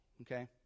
okay